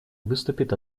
выступит